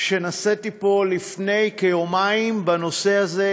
שנשאתי פה לפני כיומיים בנושא הזה,